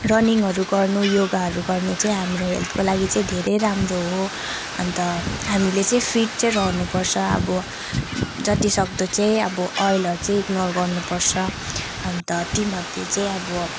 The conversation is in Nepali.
रनिङहरू गर्नु योगाहरू गर्नु चाहिँ हाम्रो हेल्थको लागि चाहिँ धेरै राम्रो हो अन्त हामीले चाहिँ फिट चाहिँ रहनुपर्छ अब जति सक्दो चाहिँ अब ओयलहरू चाहिँ इग्नोर गर्नुपर्छ अन्त ती मध्ये चाहिँ अब